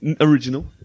Original